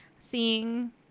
seeing